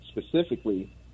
specifically